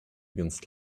against